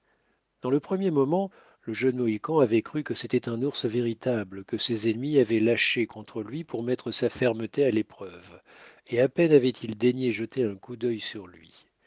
dans le premier moment le jeune mohican avait cru que c'était un ours véritable que ses ennemis avaient lâché contre lui pour mettre sa fermeté à l'épreuve et à peine avait-il daigné jeter un coup d'œil sur lui